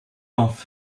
off